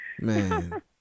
Man